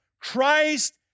Christ